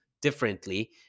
differently